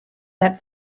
that